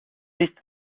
liste